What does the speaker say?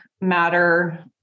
matter